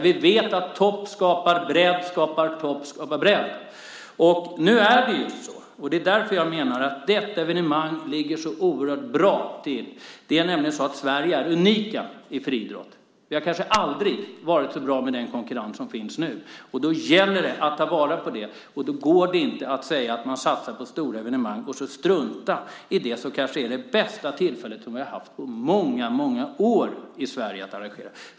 Vi vet att topp skapar bredd skapar topp skapar bredd. Jag menar att detta evenemang ligger så oerhört bra i tid. Sverige är nämligen unikt i friidrott. Vi har kanske aldrig varit så bra med den konkurrens som finns nu. Då gäller det att ta vara på det. Då går det inte att säga att man satsar på stora evenemang och strunta i det kanske bästa tillfälle som vi har haft på många år att arrangera detta i Sverige.